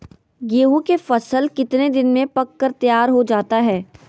गेंहू के फसल कितने दिन में पक कर तैयार हो जाता है